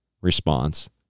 response